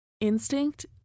instinct